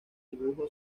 dibujo